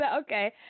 Okay